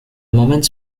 moments